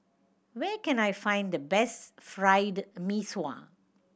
where can I find the best Fried Mee Sua